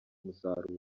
umusaruro